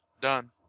Done